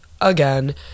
again